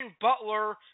Butler